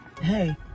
Hey